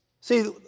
See